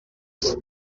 arran